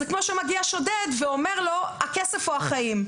זה כמו שמגיע שודד ואומר לו הכסף או החיים.